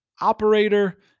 operator